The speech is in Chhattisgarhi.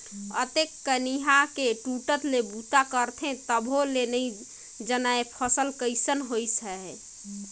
अतेक कनिहा के टूटट ले बूता करथे तभो ले नइ जानय फसल कइसना होइस है